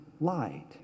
light